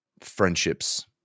Friendships